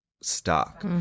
stuck